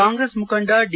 ಕಾಂಗ್ರೆಸ್ ಮುಖಂಡ ಡಿ